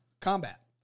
combat